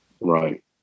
Right